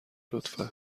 لطفا